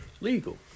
legal